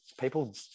people